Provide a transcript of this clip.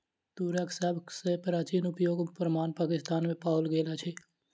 तूरक सभ सॅ प्राचीन उपयोगक प्रमाण पाकिस्तान में पाओल गेल अछि